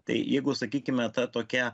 tai jeigu sakykime ta tokia